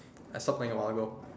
I stop playing a while ago